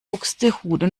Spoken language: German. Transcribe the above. buxtehude